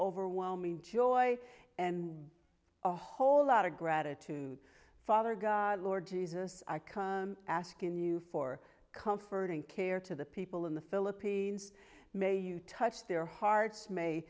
overwhelming joy and a whole lot of gratitude father god lord jesus i come asking you for comforting care to the people in the philippines may you touch their hearts may